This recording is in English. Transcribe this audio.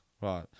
Right